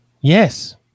Yes